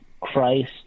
Christ